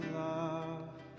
love